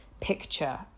picture